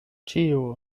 ĉiu